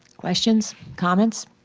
questions? comments?